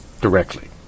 directly